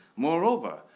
moreover,